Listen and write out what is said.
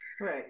right